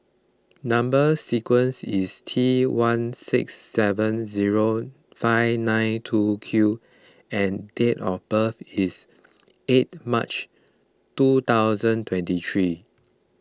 Number Sequence is T one six seven zero five nine two Q and date of birth is eight March two thousand twenty three